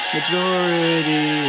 Majority